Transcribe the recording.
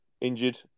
injured